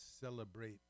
celebrate